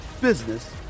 business